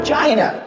China